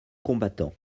combattants